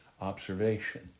observation